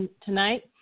tonight